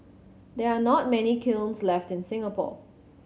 there are not many kilns left in Singapore